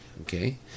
Okay